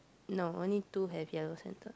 no only two have yellow centre